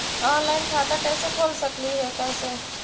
Online खाता कैसे खोल सकली हे कैसे?